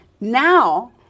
now